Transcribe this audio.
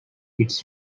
its